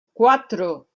cuatro